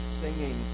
singing